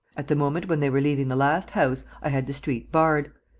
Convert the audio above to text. at the moment when they were leaving the last house i had the street barred.